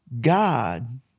God